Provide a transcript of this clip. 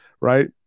right